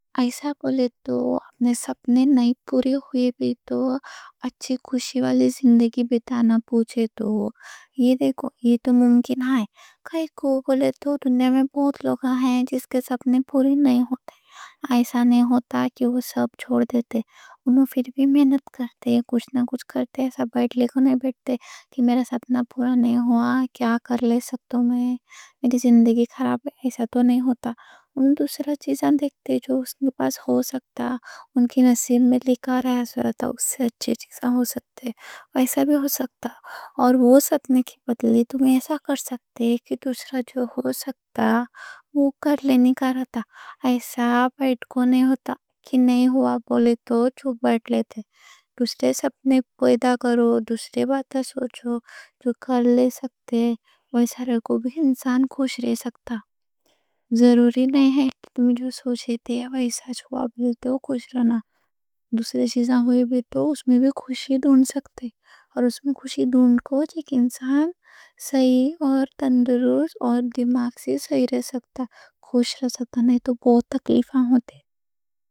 ایسا بولے تو اپنے سپنے پوری نہیں ہوئے بھی تو اچھی خوشی والی زندگی بِتانا، پوچھے تو یہ دیکھو، یہ تو ممکن ہے کائیں کوں بولے تو دنیا میں بہت لوگ ہیں جن کے سپنے پوری نہیں ہوتے ایسا نہیں ہوتا کہ وہ سب چھوڑ دیتے انہوں پھر بھی محنت کرتے، کچھ نہ کچھ کرتے ایسا بیٹھ کو نہیں بیٹھتے کہ میرا سپنا پورا نہیں ہوا، کیا کر لے سکتا میں، میری زندگی خراب ہے ایسا تو نہیں ہوتا وہ دوسرا چیزاں دیکھتے، جو اس کے پاس ہو سکتا ان کے نصیب میں لکھا رہا، اس سے اچھی چیزاں ہو سکتے، ایسا بھی ہو سکتا اور وہ سپنے کی بدلے، تم ایسا کر سکتے کہ دوسرا جو ہو سکتا، وہ کر لے ایسا بیٹھ کو نہیں ہوتا کہ نہیں ہوا بولے تو چپ بیٹھ لیتے دوسرے سپنے پیدا کرو، دوسرے باتیں سوچو، جو کر لے سکتے وہ، ایسا رہ کو بھی انسان خوش رہ سکتا ضروری نہیں ہے کہ تمہیں جو سوچے تے، ویسا ہو، بولے تو خوش رہنا دوسرے چیزاں ہوئے بھی تو اس میں بھی خوشی ڈھونڈ سکتے اور اس میں خوشی ڈھونڈ کو جی کہ انسان صحیح اور تندرست اور دماغ سے صحیح رہ سکتا، خوش رہ سکتا، نہیں تو بہت تکلیفاں ہوتے